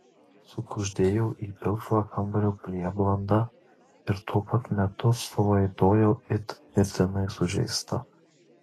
sukuždėjau į pilkšvą kambario prieblandą ir tuo pat metu suvaitojau it mirtinai sužeista